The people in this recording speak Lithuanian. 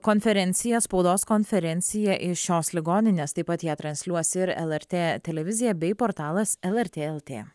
konferenciją spaudos konferenciją iš šios ligoninės taip pat ją transliuos ir lrt televizija bei portalas lrt lt